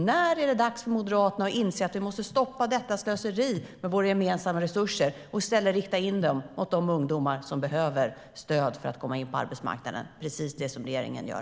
När är det dags för Moderaterna att inse att vi måste stoppa detta slöseri med våra gemensamma resurser och i stället rikta in dem mot de ungdomar som behöver stöd för att komma in på arbetsmarknaden, precis det som regeringen gör?